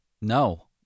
No